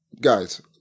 Guys